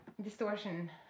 distortion